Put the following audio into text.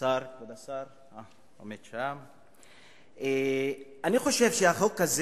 כבוד השר, עומד שם, אני חושב שהחוק הזה